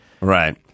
Right